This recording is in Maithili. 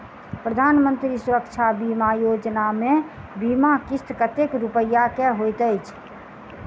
प्रधानमंत्री सुरक्षा बीमा योजना मे बीमा किस्त कतेक रूपया केँ होइत अछि?